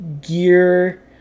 gear